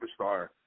superstar